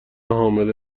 حامله